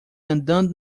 andando